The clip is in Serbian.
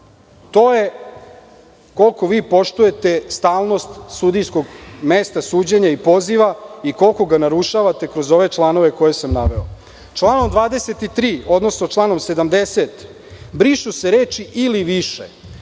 To je koliko vi poštujete stalnost sudijskog mesta, suđenja i poziva i koliko ga narušavate kroz ove članove koje sam naveo. Članom 23. odnosno članom 70. brišu se reči -ili više,